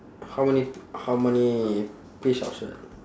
how many how many piece of shirt